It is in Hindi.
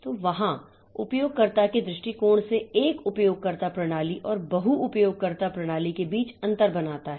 तो वहाँ उपयोगकर्ता के दृष्टिकोण से एक उपयोगकर्ता प्रणाली और बहु उपयोगकर्ता प्रणाली के बीच अंतर बनाता है